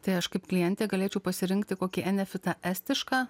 tai aš kaip klientė galėčiau pasirinkti kokį enefitą estišką